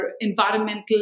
environmental